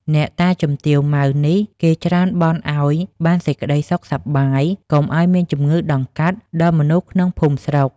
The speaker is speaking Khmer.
អ្នកតាជំទាវ ម៉ៅ នេះគេច្រើនបន់ឲ្យបានសេចក្ដីសុខសប្បាយ កុំឲ្យមានជំងឺតម្កាត់ ដល់មនុស្សក្នុងភូមិស្រុក ។